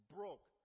broke